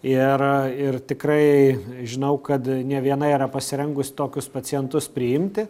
ir ir tikrai žinau kad ne viena yra pasirengus tokius pacientus priimti